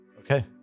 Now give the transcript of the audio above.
Okay